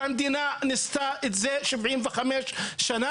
והמדינה ניסתה את זה 75 שנים,